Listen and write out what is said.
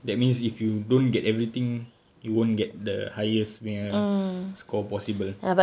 that means if you don't get everything you won't get the highest punya score possible